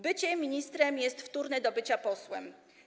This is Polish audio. Bycie ministrem jest wtórne do bycia posłem.